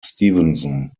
stephenson